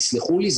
תסלחו לי,